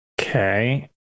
Okay